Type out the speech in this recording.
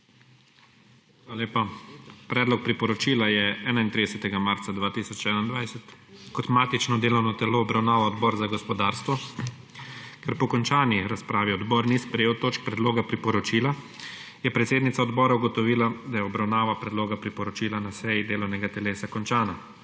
Hvala lepa. Predlog priporočila je 31. marca 2021 kot matično delovno telo obravnaval Odbor za gospodarstvo. Ker po končani razpravi odbor ni sprejel točk predloga priporočila, je predsednica odbora ugotovila, da je obravnava predloga priporočila na seji delovnega telesa končana.